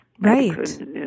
Right